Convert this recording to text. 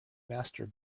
master